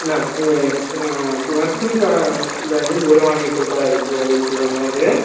न किमर्थं इदानीं दूरवाणी कृता इति वदन्ति वा महोदय